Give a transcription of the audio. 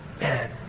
Man